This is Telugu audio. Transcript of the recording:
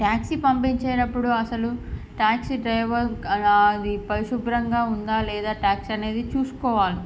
ట్యాక్సీ పంపిచేటప్పుడు అసలు ట్యాక్సీ డ్రైవర్ అది పరిశుభ్రంగా ఉందా లేదా ట్యాక్స్ అనేది చూసుకోవాలి